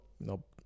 Nope